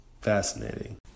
Fascinating